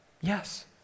Yes